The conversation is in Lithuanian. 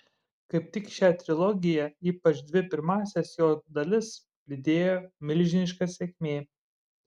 kaip tik šią trilogiją ypač dvi pirmąsias jos dalis lydėjo milžiniška sėkmė